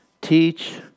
teach